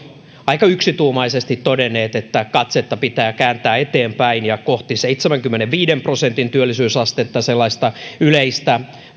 aika yksituumaisesti todenneet että katsetta pitää kääntää eteenpäin ja kohti seitsemänkymmenenviiden prosentin työllisyysastetta sellaista yleistä